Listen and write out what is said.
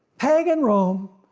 pagan rome,